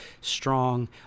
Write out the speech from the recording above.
strong